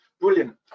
brilliant